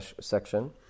section